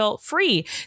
free